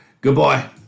goodbye